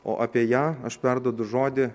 o apie ją aš perduodu žodį